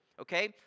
okay